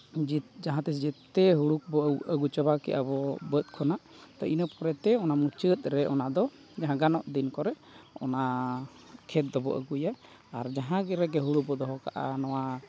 ᱡᱟᱦᱟᱸ ᱛᱤᱥ ᱡᱚᱛᱚ ᱦᱩᱲᱩ ᱠᱚᱵᱚᱱ ᱟᱹᱜᱩ ᱪᱟᱵᱟᱠᱮᱫᱟᱵᱚ ᱵᱟᱹᱫ ᱠᱷᱚᱱᱟᱜ ᱛᱚ ᱤᱱᱟᱹ ᱯᱚᱨᱮᱛᱮ ᱚᱱᱟ ᱢᱩᱪᱟᱹᱫ ᱨᱮ ᱚᱱᱟ ᱫᱚ ᱡᱟᱦᱟᱸ ᱜᱟᱱᱚᱜ ᱫᱤᱱ ᱠᱚᱨᱮᱫ ᱚᱱᱟ ᱠᱷᱮᱛ ᱫᱚᱵᱚ ᱟᱹᱜᱩᱭᱟ ᱟᱨ ᱡᱟᱦᱟᱸ ᱨᱮᱜᱮ ᱦᱩᱲᱩ ᱵᱚ ᱫᱚᱦᱚ ᱠᱟᱜᱟ ᱱᱚᱣᱟ